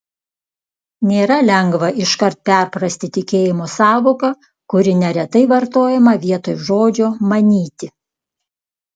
nėra lengva iškart perprasti tikėjimo sąvoką kuri neretai vartojama vietoj žodžio manyti